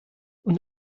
und